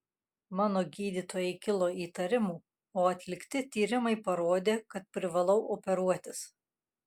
mano gydytojai kilo įtarimų o atlikti tyrimai parodė kad privalau operuotis